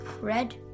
Red